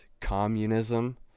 communism